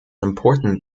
important